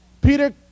Peter